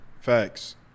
Facts